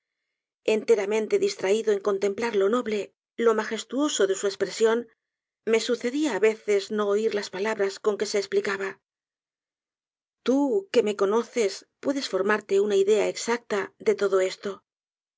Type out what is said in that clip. enteramente distraído en contemplar lo noble lo magestuoso de su espresion me sucedía á veces no oir las palabras con que se esplicaba tú que me conoces puedes formarte una idea exacta de todo esto